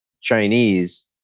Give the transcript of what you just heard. Chinese